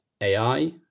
AI